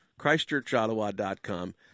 ChristChurchOttawa.com